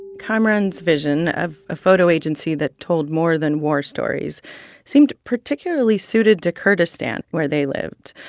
kamaran's vision of a photo agency that told more than war stories seemed particularly suited to kurdistan, where they lived.